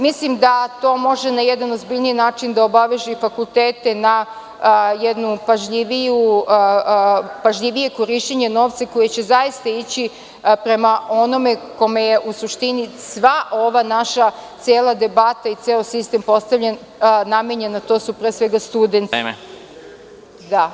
Mislim da to može na jedan ozbiljniji način da obaveže i fakultete na jedno pažljivije korišćenje novca koji će zaista ići prema onome kome je u suštini sva ova naša cela debata i ceo sistem namenjen, a to su pre svega studenti.